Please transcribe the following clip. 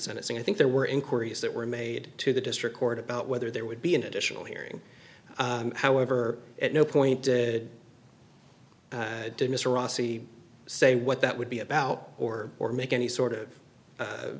sentencing i think there were inquiries that were made to the district court about whether there would be an additional hearing however at no point did did mr rossi say what that would be about or or make any sort of